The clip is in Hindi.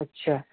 अच्छा